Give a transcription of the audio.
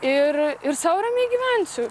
ir ir sau ramiai gyvensiu